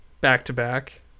back-to-back